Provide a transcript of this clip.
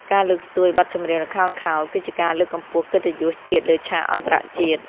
ការលើកស្ទួយបទចម្រៀងល្ខោនខោល គឺជាការលើកកម្ពស់កិត្តិយសជាតិលើឆាកអន្តរជាតិ។